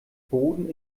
boden